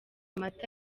mata